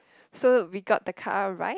so we got the car right